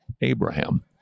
Abraham